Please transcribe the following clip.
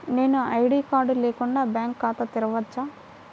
నేను ID card లేకుండా bank ఖాతా తెరవచ్చా?